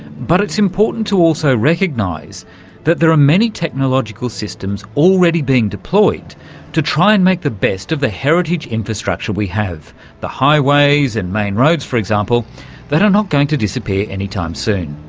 but it's important to also recognise that there are many technological systems already being deployed to try and make the best of the heritage infrastructure we have the highways and main roads, for example that are not going to disappear anytime soon.